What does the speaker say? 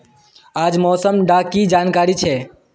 आज मौसम डा की जानकारी छै?